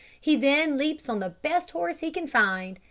he then leaps on the best horse he can find,